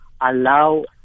allow